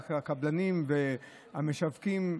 הקבלנים והמשווקים,